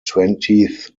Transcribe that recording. twentieth